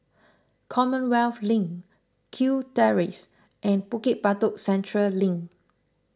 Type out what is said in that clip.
Commonwealth Link Kew Terrace and Bukit Batok Central Link